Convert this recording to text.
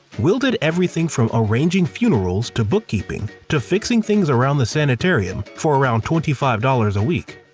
will did everything from arranging funerals, to bookkeeping, to fixing things around the sanitarium for around twenty five dollars a week.